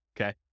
okay